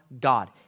God